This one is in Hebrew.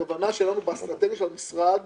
הכוונה שלנו באסטרטגיה של המשרד